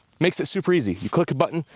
makes it super easy. you click a button,